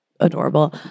Adorable